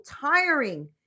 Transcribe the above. tiring